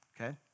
Okay